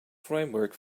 framework